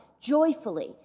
joyfully